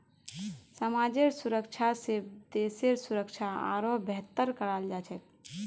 समाजेर सुरक्षा स देशेर सुरक्षा आरोह बेहतर कराल जा छेक